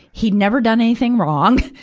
he'd never done anything wrong.